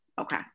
okay